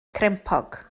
crempog